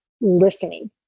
listening